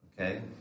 okay